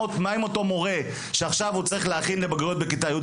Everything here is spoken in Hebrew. מה עם אותו מורה שצריך להכין עכשיו לבגרויות בכיתה י'?